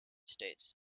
states